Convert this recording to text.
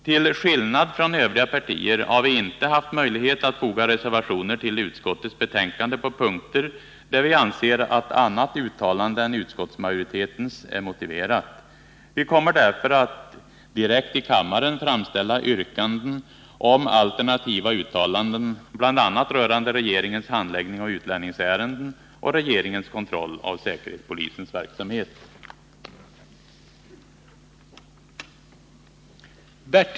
Till skillnad från övriga partier har vi inte haft möjlighet att foga reservationer till utskottets betänkande på punkter där vi anser att ett annat uttalande än utskottsmajoritetens är motiverat. Vi kommer därför att direkt i kammaren framställa yrkanden om alternativa m.m. uttalanden, bl.a. rörande regeringens handläggning av utlänningsärenden och regeringens kontroll av säkerhetspolisens verksamhet.